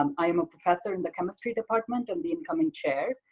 um i am a professor in the chemistry department and the incoming chair,